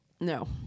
No